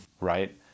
right